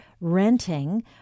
renting